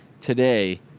today